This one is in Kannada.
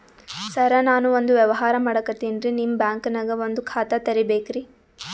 ಸರ ನಾನು ಒಂದು ವ್ಯವಹಾರ ಮಾಡಕತಿನ್ರಿ, ನಿಮ್ ಬ್ಯಾಂಕನಗ ಒಂದು ಖಾತ ತೆರಿಬೇಕ್ರಿ?